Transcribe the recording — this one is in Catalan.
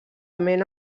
mena